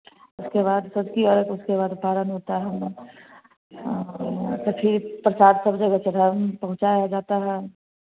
उसके बाद सझकी अरघ उसके बाद पारन होता है त फिर प्रसाद सब जगह चढ़ावन पहुँचाया जाता है